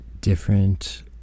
different